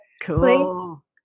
Cool